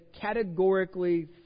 categorically